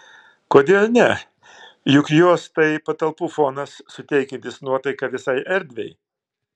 kodėl ne juk jos tai patalpų fonas suteikiantis nuotaiką visai erdvei